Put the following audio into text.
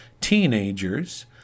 teenagers